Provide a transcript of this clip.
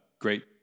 great